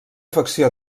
facció